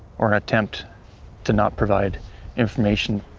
or attempt to not provide information.